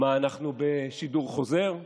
מה, אנחנו בשידור חוזר?